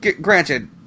granted